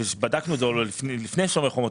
בדקנו את זה עוד לפני "שומר חומות",